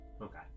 Okay